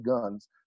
guns